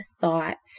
thoughts